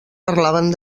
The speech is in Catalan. parlaven